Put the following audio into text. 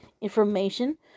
information